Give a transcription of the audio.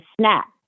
snap